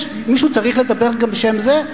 מישהו צריך לדבר גם בשם זה?